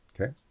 Okay